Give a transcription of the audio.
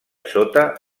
sota